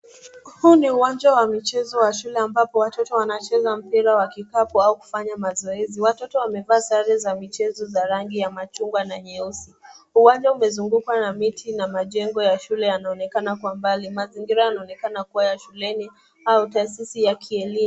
Huu ni uwanja wa mchezo wa shule ambapo watoto wanacheza mpira wa kikapu au kufanya mazoezi, watoto wamevaa sare za michezo za rangi ya machugwa na nyeusi uwanja umezugukwa na miti na majengo ya shule yanaonekana kwa mbali. Mazingira yanaonekana kuwa ya shuleni au tahasisi ya elimu.